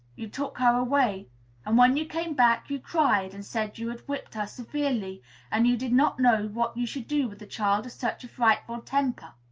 you took her away and when you came back, you cried, and said you had whipped her severely and you did not know what you should do with a child of such a frightful temper.